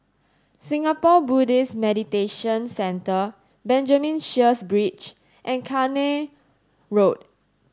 Singapore Buddhist Meditation Centre Benjamin Sheares Bridge and Road